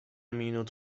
minut